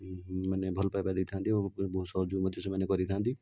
ମାନେ ଭଲ ପାଇବା ଦେଇଥାନ୍ତି ଓ ବହୁତ ସହଯୋଗ ମଧ୍ୟ ସେମାନେ କରିଥାନ୍ତି